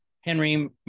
Henry